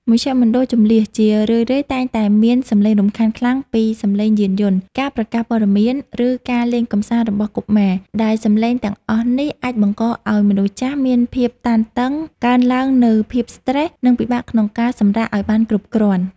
មជ្ឈមណ្ឌលជម្លៀសជារឿយៗតែងតែមានសម្លេងរំខានខ្លាំងពីសម្លេងយានយន្ត ការប្រកាសព័ត៌មាន ឬការលេងកម្សាន្តរបស់កុមារ ដែលសម្លេងទាំងអស់នេះអាចបង្កឱ្យមនុស្សចាស់មានភាពតានតឹង កើនឡើងនូវភាពស្ត្រេស និងពិបាកក្នុងការសម្រាកឱ្យបានគ្រប់គ្រាន់។